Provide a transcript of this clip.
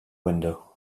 window